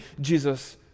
Jesus